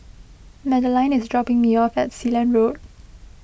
Madeleine is dropping me off at Sealand Road